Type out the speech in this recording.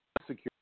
security